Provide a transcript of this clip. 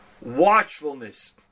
watchfulness